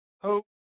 Hope